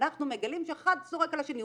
אנחנו מגלים שאחד זורק על השני.